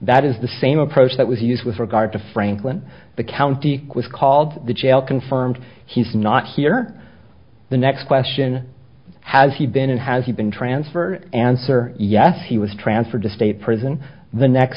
that is the same approach that was used with regard to franklin the county was called the jail confirmed he's not here the next question has he been has he been transferred or answer yes he was transferred to state prison the next